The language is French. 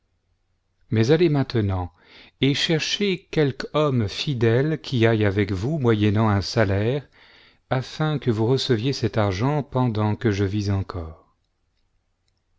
mais allez maintenant et cherchez quelque homme fidèle qui aille avec vous moyennant un salaire afin que vous receviez cet argent pendant que je vis encore